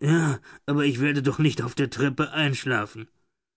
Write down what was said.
ja aber ich werde doch nicht auf der treppe einschlafen